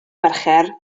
mercher